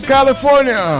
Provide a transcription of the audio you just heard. California